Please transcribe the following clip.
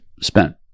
spent